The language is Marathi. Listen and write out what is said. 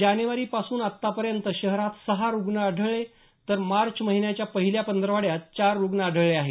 जानेवारी पासून आत्तापर्यंत शहरात सहा रूग्ण आढळले तर मार्च महिन्याच्या पहिल्या पंधरवाड्यात चार रूग्ण आढळले आहेत